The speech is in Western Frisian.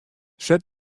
set